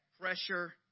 Pressure